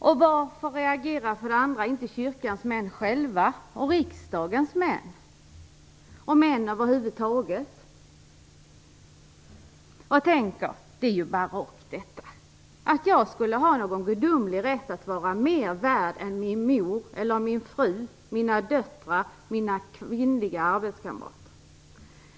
Och varför reagerar för det andra inte kyrkans män själva, riksdagens män och män över huvud taget och tänker: Det är ju barockt att jag skulle ha någon gudomlig rätt att vara mer värd än min mor eller min fru, mina döttrar, mina kvinnliga arbetskamrater.